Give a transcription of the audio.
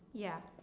yeah.